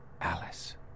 Alice